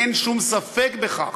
אין שום ספק בכך,